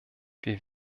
wir